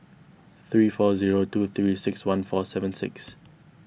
three four zero two three six one four seven six